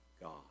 God